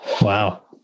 Wow